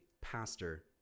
pastor